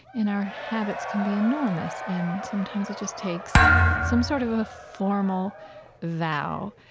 in our habits can be enormous. and sometimes, it's just takes some sort of a formal vow